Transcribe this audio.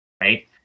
right